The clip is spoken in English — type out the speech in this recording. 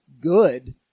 good